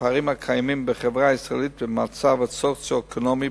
מהפערים הקיימים בחברה הישראלית במצב הסוציו-אקונומי,